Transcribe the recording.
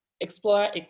explore